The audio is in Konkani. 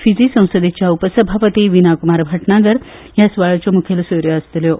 फीजी संसदेच्यो उपसभापती विनाकुमार भटनागर ह्या सुवाळ्योच्यो मुखेल सोयऱ्यो आसतल्यो